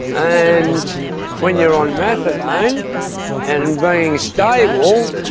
and when you're on methadone and being stable,